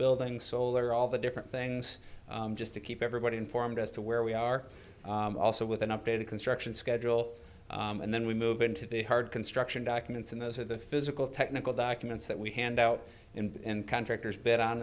building solar all the different things just to keep everybody informed as to where we are also with an updated construction schedule and then we move into the hard construction documents and those are the physical technical documents that we hand out in contractors bet on